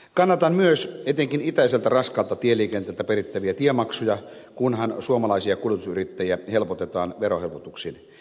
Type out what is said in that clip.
kannatan myös etenkin itäiseltä raskaalta tieliikenteeltä perittäviä tiemaksuja kunhan suomalaisia kuljetusyrittäjiä helpotetaan verohelpotuksin